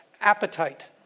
appetite